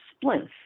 splints